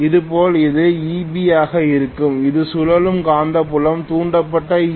இதேபோல் இது Eb ஆக இருக்கும் இது சுழலும் காந்தப்புலம் தூண்டப்பட்ட ஈ